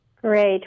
Great